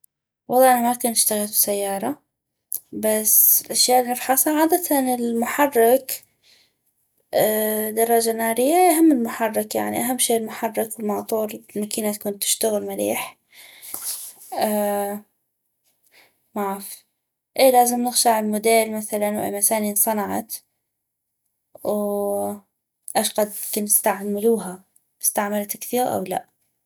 والله انا ما كن اشتغيتو سيارة بس الأشياء النفحصها عادةً المحرك الدراجة النارية اي هم المحرك يعني اهم شي المحرك الماطور المكينة تكون تشتغل مليح معف اي لازم نغشع الموديل وايمى سني انصنعت و اشقد كن استعملوها استعملت كثيغ او لا